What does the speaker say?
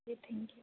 ji thank you